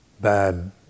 bad